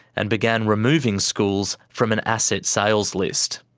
and began removing schools from an asset sales list.